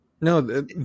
No